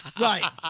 Right